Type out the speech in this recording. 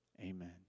Amen